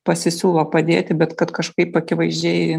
pasisiūlo padėti bet kad kažkaip akivaizdžiai